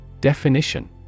Definition